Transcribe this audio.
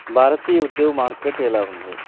భారతీయ ఉద్యోగ మార్కెట్ ఎలా ఉంది